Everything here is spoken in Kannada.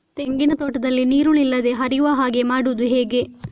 ತೆಂಗಿನ ತೋಟದಲ್ಲಿ ನೀರು ನಿಲ್ಲದೆ ಹರಿಯುವ ಹಾಗೆ ಮಾಡುವುದು ಹೇಗೆ?